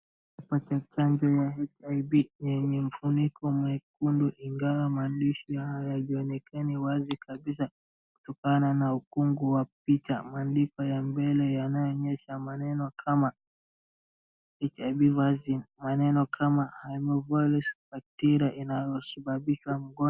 Pata chanjo ya HIV yenye mfuniko mwekundu ingawa maandishi hayajaonekana wazi kabisa, kutokana na ukungu wa picha. Maandiko ya mbele yanayoonyesha maneno kama HIV vaccine maneno kama retrovirus bakteria inayosababishwa.